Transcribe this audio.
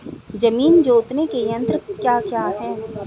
जमीन जोतने के यंत्र क्या क्या हैं?